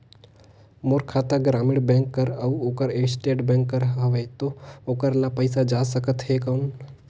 मोर खाता ग्रामीण बैंक कर अउ ओकर स्टेट बैंक कर हावेय तो ओकर ला पइसा जा सकत हे कौन?